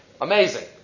Amazing